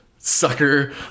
Sucker